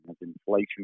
inflation